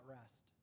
rest